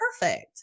perfect